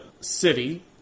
city